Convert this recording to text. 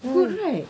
good right